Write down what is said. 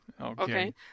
Okay